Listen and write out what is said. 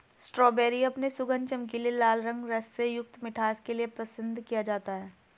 strawberry अपने सुगंध, चमकीले लाल रंग, रस से युक्त मिठास के लिए पसंद किया जाता है